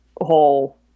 whole